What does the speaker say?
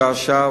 שעה-שעה,